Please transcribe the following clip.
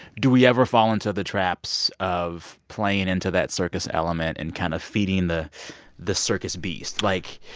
do we ever fall into the traps of playing into that circus element and kind of feeding the the circus beast? like,